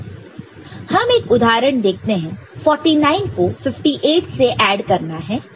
हम एक उदाहरण देखते हैं 49 को 58 से ऐड करना है